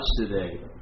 today